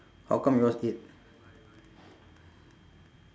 how come yours eight